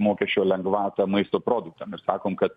mokesčio lengvatą maisto produktam ir sakom kad